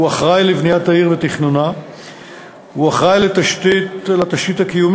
הוא אחראי לבניית העיר ותכנונה והוא אחראי לתשתית הקיומית,